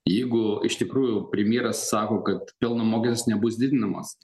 jeigu iš tikrųjų premjeras sako kad pelno mokestis nebus didinamas